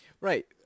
Right